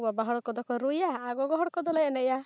ᱵᱟᱵᱟ ᱦᱚᱲ ᱠᱚᱫᱚ ᱠᱚ ᱨᱩᱭᱟ ᱟᱨ ᱜᱚᱜᱚ ᱦᱚᱲ ᱠᱚᱫᱚᱞᱮ ᱮᱱᱮᱡᱼᱟ